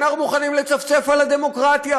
אנחנו מוכנים לצפצף על הדמוקרטיה,